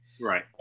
Right